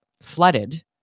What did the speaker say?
flooded